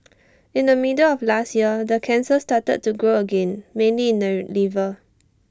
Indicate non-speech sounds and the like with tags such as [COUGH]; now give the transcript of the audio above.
[NOISE] in the middle of last year the cancer started to grow again mainly in the [NOISE] liver